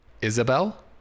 Isabel